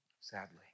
Sadly